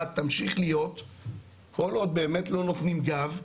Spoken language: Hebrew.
תמשיך להיות כל עוד באמת לא נותנים גב.